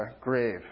grave